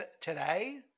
today